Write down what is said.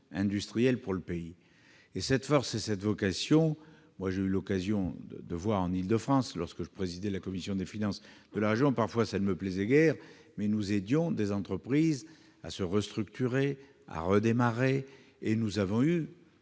industrielle pour notre pays. Cette force et cette vocation, j'ai eu l'occasion de les voir en Île-de-France lorsque je présidais la commission des finances de la région. Parfois cela ne me plaisait guère, mais nous aidions des entreprises à se restructurer, à redémarrer, et nous avons eu